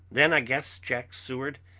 then i guess, jack seward,